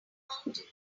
mountains